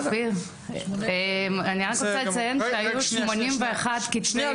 אני רוצה לציין שהיו 81 כתבי אישום.